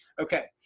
okay.